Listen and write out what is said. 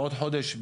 בעוד חודש,